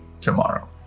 tomorrow